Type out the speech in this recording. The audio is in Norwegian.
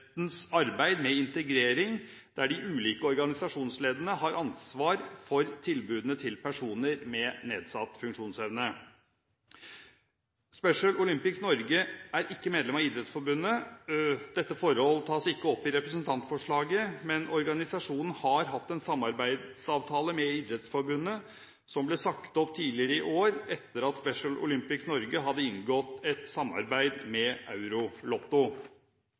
idrettens arbeid med integrering, der de ulike organisasjonsleddene har ansvar for tilbudene til personer med nedsatt funksjonsevne. Special Olympics Norge er ikke medlem av Idrettsforbundet – dette forhold tas ikke opp i representantforslaget. Organisasjonen har hatt en samarbeidsavtale med Idrettsforbundet som ble sagt opp tidligere i år etter at Special Olympics Norge hadde inngått et samarbeid med Eurolotto.